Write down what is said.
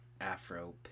Afro